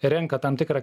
renka tam tikrą